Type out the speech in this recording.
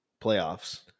playoffs